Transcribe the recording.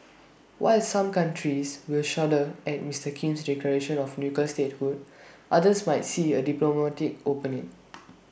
while some countries will shudder at Mister Kim's declaration of nuclear statehood others might see A diplomatic opening